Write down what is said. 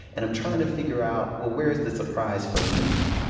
and i'm trying to figure out, well, where is the surprise, for me?